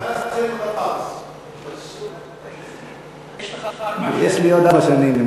יש לך ארבע שנים.